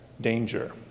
danger